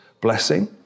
blessing